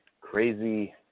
crazy